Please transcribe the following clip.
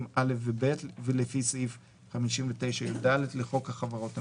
(א) ו-(ב) ולפי סעיף 59יד לחוק החברות הממשלתיות.